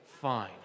fine